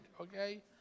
okay